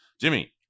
Jimmy